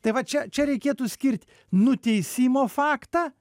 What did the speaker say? tai vat čia čia reikėtų skirt nuteisimo faktą